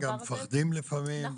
הם גם מפחדים לפעמים,